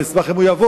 אשמח גם אם הוא יבוא,